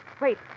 wait